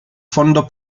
fondo